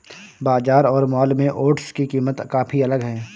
बाजार और मॉल में ओट्स की कीमत काफी अलग है